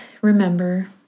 remember